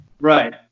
Right